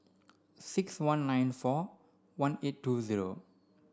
six one nine four one eight two zero